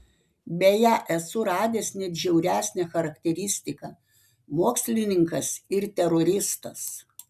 beje esu radęs net žiauresnę charakteristiką mokslininkas ir teroristas